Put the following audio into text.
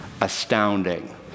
Astounding